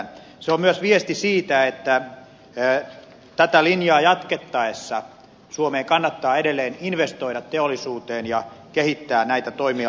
se on myös viesti siitä että tätä linjaa jatkettaessa suomeen kannattaa edelleen investoida teollisuuteen ja kehittää näitä toimialoja